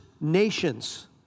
nations